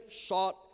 sought